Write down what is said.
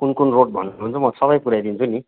कुनकुन रोड भन्नुहुन्छ म सबै पुऱ्याइ दिन्छु नि